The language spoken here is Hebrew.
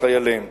לחיילים.